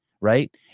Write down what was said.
right